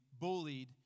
bullied